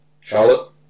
Charlotte